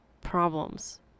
problems